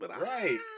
Right